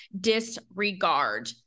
disregard